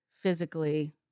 physically